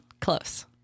Close